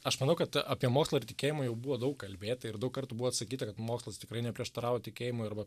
aš manau kad apie mokslą ir tikėjimą jau buvo daug kalbėta ir daug kartų buvo atsakyta kad mokslas tikrai neprieštaravo tikėjimui arba